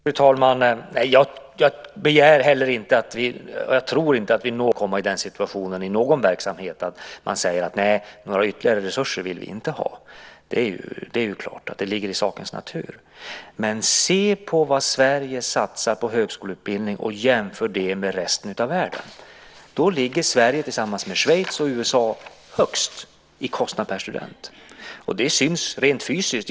Fru talman! Jag begär inte och tror inte heller att vi någonsin i någon verksamhet kommer i den situationen att man säger: Nej, några ytterligare resurser vill vi inte ha. Det är klart; det ligger i sakens natur. Men se på vad Sverige satsar på högskoleutbildning och jämför det med resten av världen! Då ligger Sverige tillsammans med Schweiz och USA högst i kostnad per student. Det syns rent fysiskt.